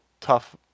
tough